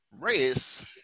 race